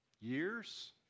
years